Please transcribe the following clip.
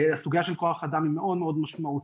הסוגייה של כוח אדם היא מאוד מאוד משמעותית.